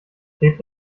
klebt